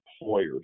employers